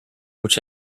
which